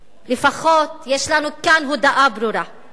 לפחות יש לנו כאן הודעה ברורה,